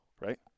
Right